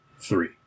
Three